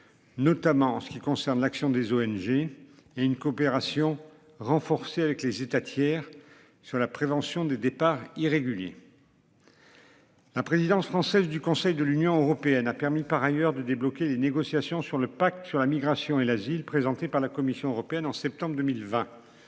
Notamment en ce qui concerne l'action des ONG et une coopération renforcée avec les États tiers, sur la prévention des départs irréguliers. La présidence française du Conseil de l'Union européenne a permis par ailleurs de débloquer les négociations sur le pacte sur la migration et l'asile présenté par la Commission européenne en septembre 2020.